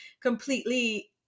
completely